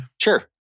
Sure